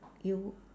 you